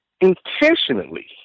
Intentionally